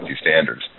standards